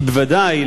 ובוודאי,